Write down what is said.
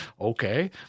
Okay